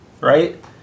right